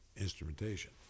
instrumentation